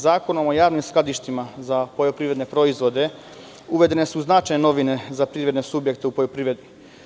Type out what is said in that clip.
Zakonom o javnim skladištima za poljoprivredne proizvode uvedene su značajne novine za privredne subjekte u poljoprivredi.